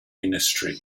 ministry